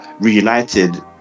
reunited